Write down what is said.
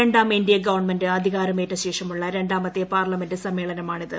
രണ്ടാം NDA government അധികാരമേറ്റ ശേഷമുള്ള രണ്ടാമത്തെ പാർലമെന്റ് സമ്മേളനമാണിത്